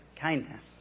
kindness